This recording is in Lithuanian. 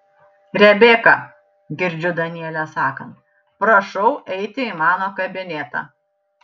rebeka girdžiu danielę sakant prašau eiti į mano kabinetą